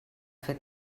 fer